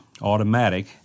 automatic